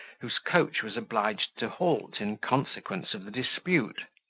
whose coach was obliged to halt in consequence of the dispute.